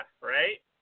right